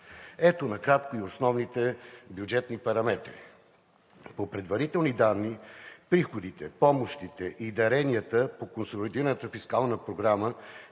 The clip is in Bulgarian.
Ето накратко и основните бюджетни параметри. По предварителни данни приходите, помощите и даренията по Консолидираната фискална програма